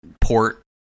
port